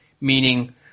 meaning